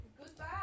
Goodbye